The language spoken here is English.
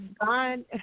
God